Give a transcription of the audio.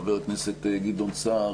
חבר הכנסת גדעון סער,